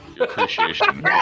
appreciation